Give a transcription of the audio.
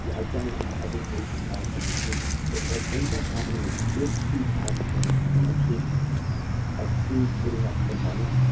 i've done it in other states than california too. but what ends up happening is if you have transparency of who's putting up the money,